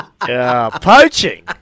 Poaching